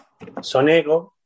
Sonego